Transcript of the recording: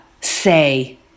say